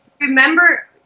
Remember